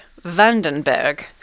Vandenberg